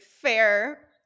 fair